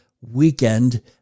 weekend